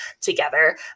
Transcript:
together